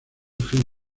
fin